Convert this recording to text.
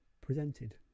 presented